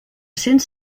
cents